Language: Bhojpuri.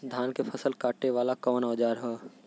धान के फसल कांटे वाला कवन औजार ह?